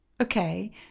Okay